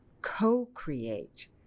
co-create